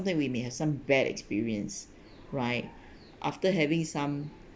sometime we may have some bad experience right after having some